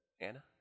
Anna